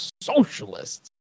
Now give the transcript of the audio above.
socialists